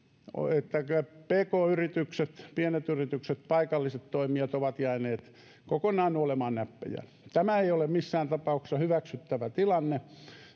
että pk yritykset pienet yritykset paikalliset toimijat ovat jääneet kokonaan nuolemaan näppejään tämä ei ole missään tapauksessa hyväksyttävä tilanne